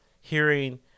hearing